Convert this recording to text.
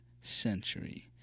Century